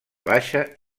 baixa